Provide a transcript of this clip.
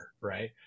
right